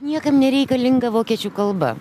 niekam nereikalinga vokiečių kalba